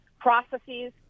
processes